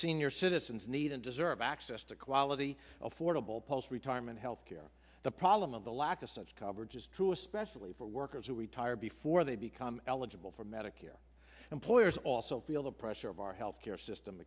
senior citizens need and deserve access to quality affordable post retirement health care the problem of the lack of such coverage is true especially for workers who retire before they become eligible for medicare employers also feel the pressure of our health care system